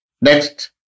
Next